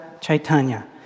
Chaitanya